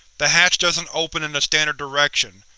the hatch doesn't open in the standard direction.